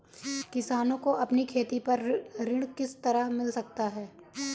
किसानों को अपनी खेती पर ऋण किस तरह मिल सकता है?